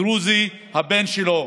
דרוזים, את הבן שלו,